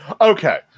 Okay